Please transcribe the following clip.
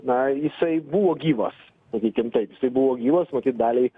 na jisai buvo gyvas sakykim taip jisai buvo gyvas matyt daliai